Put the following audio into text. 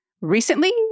recently